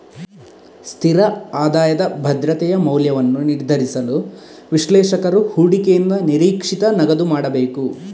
ಸ್ಥಿರ ಆದಾಯದ ಭದ್ರತೆಯ ಮೌಲ್ಯವನ್ನು ನಿರ್ಧರಿಸಲು, ವಿಶ್ಲೇಷಕರು ಹೂಡಿಕೆಯಿಂದ ನಿರೀಕ್ಷಿತ ನಗದು ಮಾಡಬೇಕು